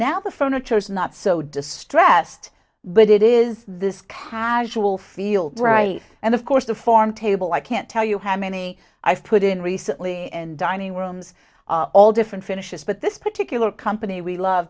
now the furniture is not so distressed but it is this casual field dry and of course the form table i can't tell you how many i've put in recently and dining rooms are all different finishes but this particular company we love